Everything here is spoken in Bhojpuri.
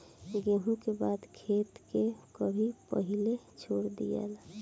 गेंहू के बाद खेत के कभी पलिहरे छोड़ दियाला